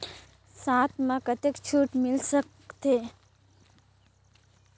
साथ म कतेक छूट मिल सकथे?